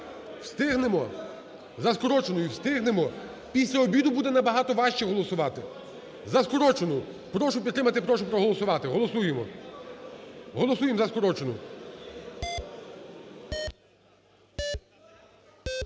Встигнемо? За скороченою, встигнемо? Після обіду буде набагато важче голосувати. За скорочену. Прошу підтримати. Прошу проголосувати. Голосуємо. Голосуєм за скорочену.